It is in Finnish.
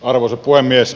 arvoisa puhemies